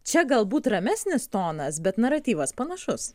čia galbūt ramesnis tonas bet naratyvas panašus